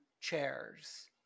chairs